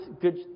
good